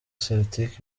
celtic